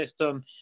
system